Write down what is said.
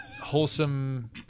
wholesome